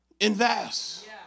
Invest